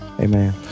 Amen